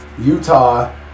Utah